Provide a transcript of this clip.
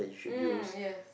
mm yes